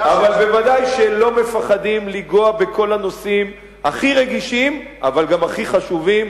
אבל ודאי שלא מפחדים לנגוע בכל הנושאים הכי רגישים אבל גם הכי חשובים,